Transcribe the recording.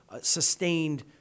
sustained